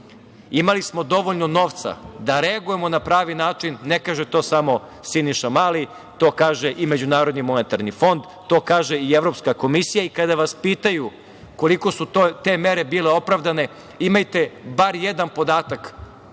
imali smo dovoljno novca da reagujemo na pravi način, ne kaže to samo Siniša Mali, to kaže i MMF, to kaže i Evropska komisija i kada vas pitaju koliko su te mere bile opravdane, imajte bar jedan podatak